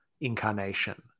incarnation